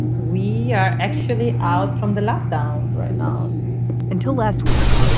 we are actually out from the lockdown right now until last week,